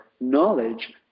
knowledge